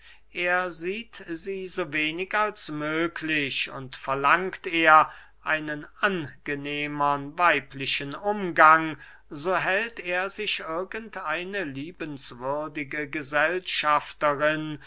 er sieht sie so wenig als möglich und verlangt er einen angenehmern weiblichen umgang so hält er sich irgend eine liebenswürdige gesellschafterin